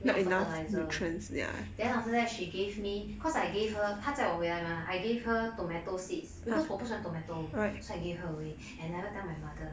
没有 fertilizer then after that she gave me cause I gave her 她在我回来 mah I gave her tomato seeds because 我不喜欢 tomato so I gave her away and never tell my mother